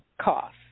cost